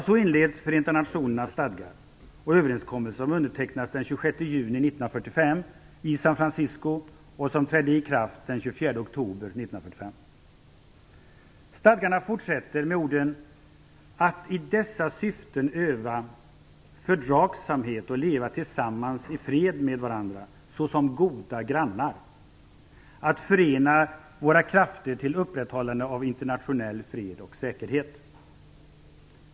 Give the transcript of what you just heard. Så inleds Förenta nationernas stadgar och överenskommelse som undertecknades den 26 juni 1945 i Stadgarna fortsätter med orden: "att i dessa syften öva fördragsamhet och leva tillsammans i fred med varandra såsom goda grannar, att förena våra krafter till upprätthållande av internationell fred och säkerhet".